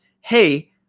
hey